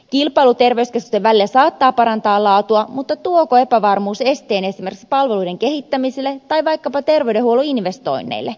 kilpailu terveyskeskusten välillä saattaa parantaa laatua mutta tuoko epävarmuus esteen esimerkiksi palveluiden kehittämiselle tai vaikkapa terveydenhuollon investoinneille